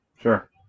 Sure